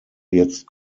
jetzt